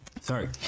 Sorry